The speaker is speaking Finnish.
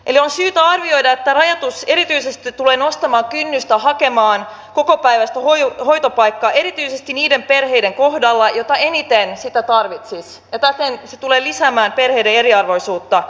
eli on syytä arvioida että rajoitus erityisesti tulee nostamaan kynnystä hakea kokopäiväistä hoitopaikkaa erityisesti niiden perheiden kohdalla jotka eniten sitä tarvitsisivat ja täten se tulee lisäämään perheiden eriarvoisuutta entuudestaan